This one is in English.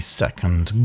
second